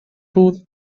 tool